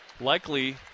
Likely